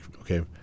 okay